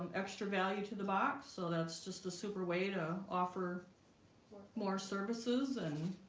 extra value to the box, so that's just a super way to offer more services and